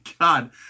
God